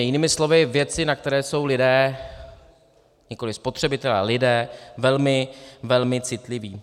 Jinými slovy věci, na které jsou lidé nikoliv spotřebitelé, ale lidé velmi, velmi citliví.